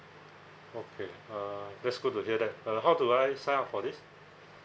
okay uh that's good to hear that uh how do I sign up for this